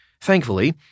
Thankfully